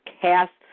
cast